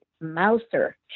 mouser